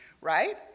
right